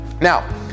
Now